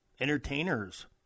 entertainers